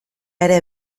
ere